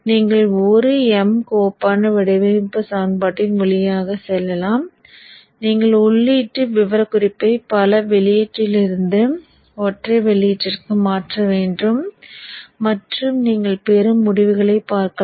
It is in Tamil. நீங்கள் ஒரு m கோப்பான வடிவமைப்பு சமன்பாட்டின் வழியாக செல்லலாம் நீங்கள் உள்ளீட்டு விவரக்குறிப்பை பல வெளியீட்டிலிருந்து ஒற்றை வெளியீட்டிற்கு மாற்ற வேண்டும் மற்றும் நீங்கள் பெறும் முடிவுகளைப் பார்க்கலாம்